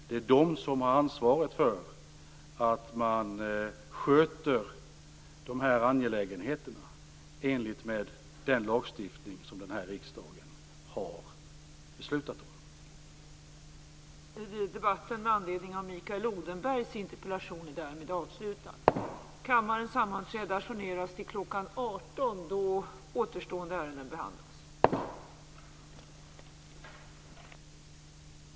Det är de som har ansvaret för att man sköter de här angelägenheterna i enlighet med den lagstiftning som riksdagen har beslutat om.